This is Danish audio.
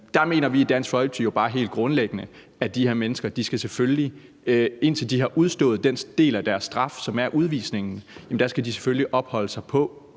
Der mener vi i Dansk Folkeparti bare helt grundlæggende, at de her mennesker selvfølgelig, inden de afsoner den del af deres straf, som er udvisningen, skal opholde sig på